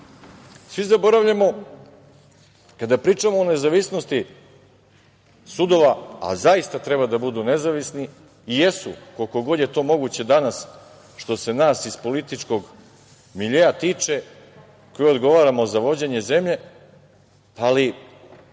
zaboravljamo, kada pričamo o nezavisnosti sudova, a zaista treba da budu nezavisni, i jesu, koliko god je to moguće danas, što se nas iz političkog miljea tiče koji odgovaramo za vođenje zemlje, ali